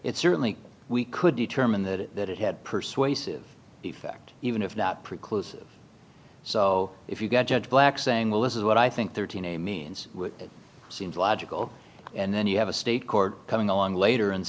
it's certainly we could determine that it had persuasive effect even if not preclude so if you got judge black saying well this is what i think thirteen a means seems logical and then you have a state court coming along later and